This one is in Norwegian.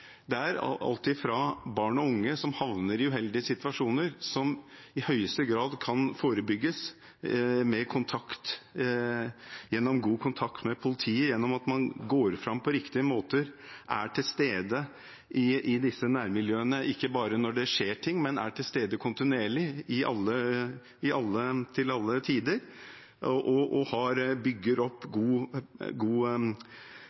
Det er alt fra barn og unge som havner i uheldige situasjoner, som i høyeste grad kan forebygges gjennom god kontakt med politiet, gjennom at man går fram på riktige måter og er til stede i disse nærmiljøene, ikke bare når det skjer ting, men er til stede kontinuerlig, til alle tider og bygger opp god kontakt, bygger opp kjennskap til de miljøene det handler om, og